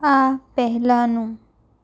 આ પહેલાંનું